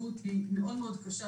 המציאות קשה מאוד,